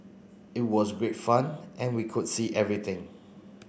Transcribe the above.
it was great fun and we could see everything